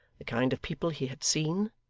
the kind of people he had seen,